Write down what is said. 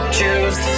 choose